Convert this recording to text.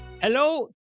Hello